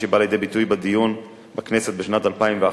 שבא לידי ביטוי בדיון בכנסת בשנת 2001,